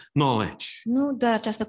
knowledge